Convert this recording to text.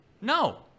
No